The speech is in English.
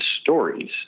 stories